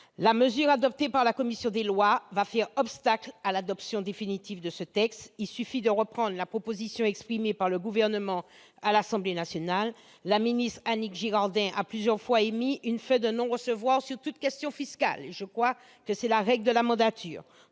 la mesure adoptée par la commission des lois va faire obstacle à l'adoption définitive de ce texte. Il suffit de reprendre la proposition exprimée par le Gouvernement à l'Assemblée nationale. La ministre Annick Girardin a plusieurs fois émis une fin de non-recevoir sur toute question fiscale- je crois que c'est la règle de la mandature.